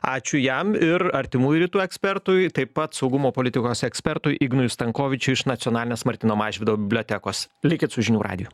ačiū jam ir artimųjų rytų ekspertui taip pat saugumo politikos ekspertui ignui stankovičiui iš nacionalinės martyno mažvydo bibliotekos likit su žinių radiju